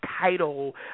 title